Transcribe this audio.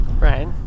Right